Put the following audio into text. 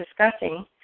discussing